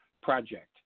project